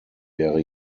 wäre